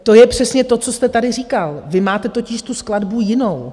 To je přesně to, co jste tady říkal, vy máte totiž tu skladbu jinou.